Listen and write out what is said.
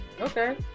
Okay